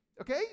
okay